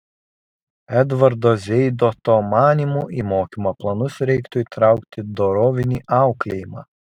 edvardo zeidoto manymu į mokymo planus reiktų įtraukti dorovinį auklėjimą